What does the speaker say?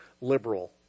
liberal